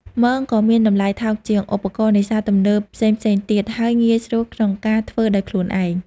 មងគឺមានតម្លៃថោកជាងឧបករណ៍នេសាទទំនើបផ្សេងៗទៀត ហើយងាយស្រួលក្នុងការធ្វើដោយខ្លួនឯង។